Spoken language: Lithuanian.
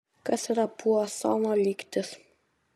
kas yra puasono lygtis